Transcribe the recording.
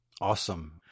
Awesome